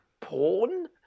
porn